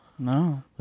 No